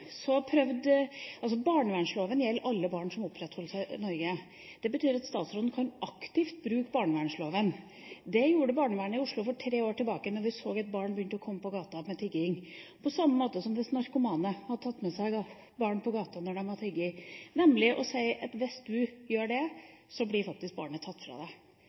Barnevernloven gjelder for alle barn som oppholder seg i Norge. Det betyr at statsråden aktivt kan bruke barnevernloven. Det gjorde barnevernet i Oslo for tre år sida, da man så at barn begynte å komme ut på gata for å tigge – på samme måte som de hadde gjort hvis narkomane hadde tatt med seg barn ut på gata for å tigge. De sa at hvis du gjør det, blir faktisk barnet tatt fra deg.